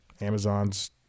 Amazon's